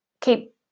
keep